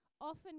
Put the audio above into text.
often